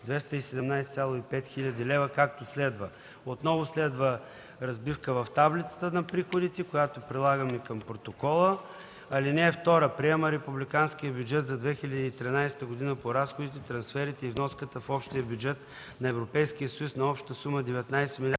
217,5 хил. лв., както следва:” Следва разбивка в таблицата на приходите, която прилагаме към протокола от заседанието. „(2) Приема републиканския бюджет за 2013 г. по разходите, трансферите и вноската в общия бюджет на Европейския съюз на обща сума 19 356